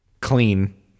clean